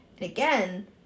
again